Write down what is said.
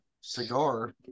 cigar